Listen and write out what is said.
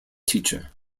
teacher